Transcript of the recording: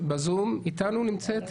בזום איתנו נמצאת?